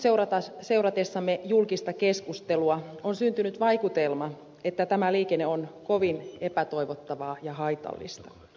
nyt seuratessamme julkista keskustelua on syntynyt vaikutelma että tämä liikenne on kovin epätoivottavaa ja haitallista